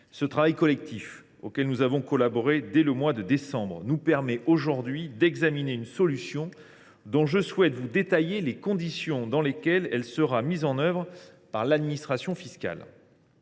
Ce travail collectif, auquel nous avons collaboré dès le mois de décembre, nous permet aujourd’hui d’examiner une solution dont je souhaite vous détailler les conditions de mise en œuvre par l’administration fiscale.